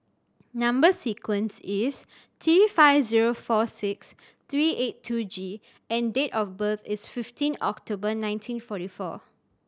number sequence is T five zero four six three eight two G and date of birth is fifteen October nineteen forty four